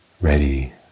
ready